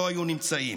לא היו נמצאים.